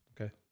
Okay